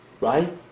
right